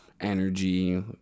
energy